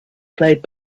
played